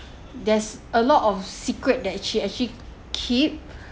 there's a lot of secret that she actually keep